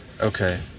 Okay